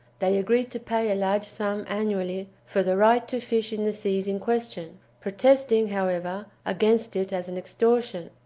they agreed to pay a large sum annually for the right to fish in the seas in question, protesting, however, against it as an extortion,